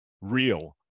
real